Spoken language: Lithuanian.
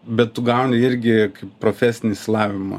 bet tu gauni irgi kaip profesinį išsilavinimą